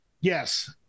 Yes